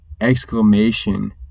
exclamation